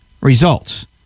results